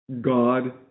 God